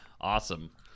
awesome